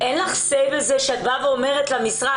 אם תרצי לקבל פילוח לגבי משך ההמתנה,